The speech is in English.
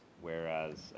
Whereas